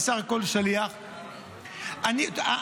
אני בסך הכול שליח --- זה טרומית,